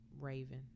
Raven